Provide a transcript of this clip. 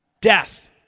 death